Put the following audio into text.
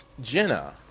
Jenna